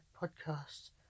podcast